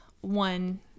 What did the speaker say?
one